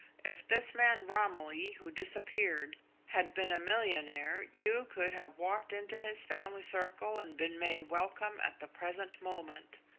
if this man romilly who disappeared had been a millionaire, you could have walked into his family circle and been made welcome at the present moment.